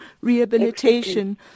rehabilitation